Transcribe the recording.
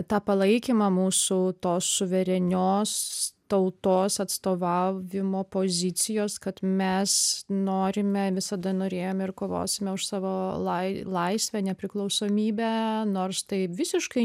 tą palaikymą mūsų tos suverenios tautos atstovavimo pozicijos kad mes norime visada norėjome ir kovosime už savo lai laisvę nepriklausomybę nors tai visiškai